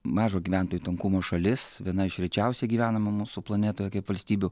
mažo gyventojų tankumo šalis viena iš rečiausiai gyvenama mūsų planetoje kaip valstybių